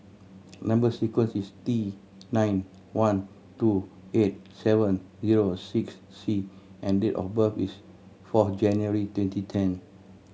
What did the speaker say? number sequence is T nine one two eight seven zero six C and date of birth is four January twenty ten